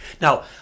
Now